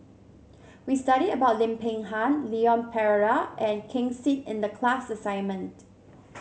we study about Lim Peng Han Leon Perera and Ken Seet in the class assignment